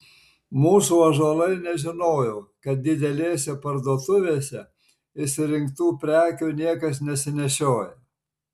mūsų ąžuolai nežinojo kad didelėse parduotuvėse išsirinktų prekių niekas nesinešioja